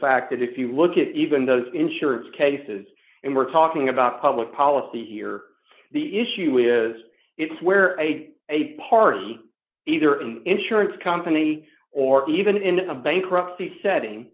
fact that if you look at even those insurance cases and we're talking about public policy here the issue is it's where a a party either an insurance company or even in a bankruptcy setting